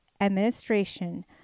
administration